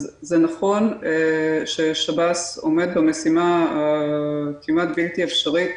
זה נכון ששב"ס עומד במשימה הכמעט בלתי אפשרית